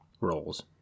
roles